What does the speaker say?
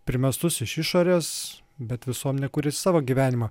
primestus iš išorės bet visuomenė kuria savo gyvenimą